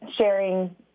sharing